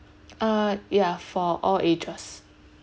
uh ya for all ages